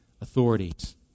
authorities